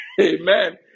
Amen